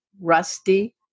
Rusty